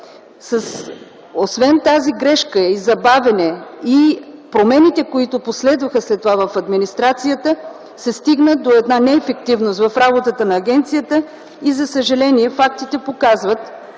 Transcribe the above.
Освен тази грешка със забавянето и с промените, които последваха след това в администрацията, се стигна до една неефективност в работата на агенцията и, за съжаление, фактите показват,